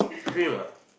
dream ah